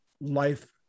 life